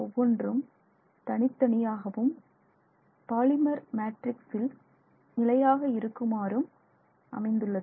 ஒவ்வொன்றும் தனித்தனியாகவும் பாலிமர் மேட்ரிக்சில் நிலையாக இருக்குமாறும் அமைந்துள்ளது